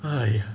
!aiya!